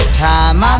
time